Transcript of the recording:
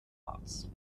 arts